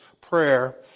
prayer